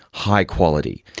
high quality.